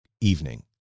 evening